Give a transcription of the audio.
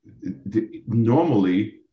normally